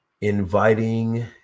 Inviting